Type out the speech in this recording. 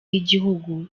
y’igihugu